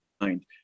mind